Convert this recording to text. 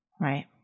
Right